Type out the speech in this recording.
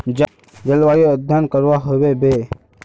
जलवायु अध्यन करवा होबे बे?